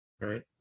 Right